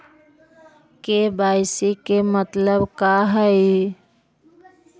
KYC के मतलब का हई?